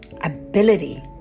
ability